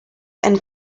and